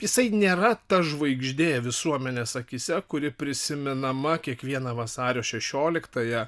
jisai nėra ta žvaigždė visuomenės akyse kuri prisimenama kiekvieną vasario šešioliktąją